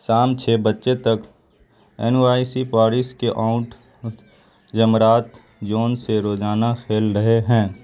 شام چھ بجے تک انووائسی پارس کے آؤنٹ جمعرات جون سے روزانہ کھیل رہے ہیں